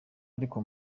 ariko